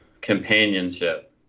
companionship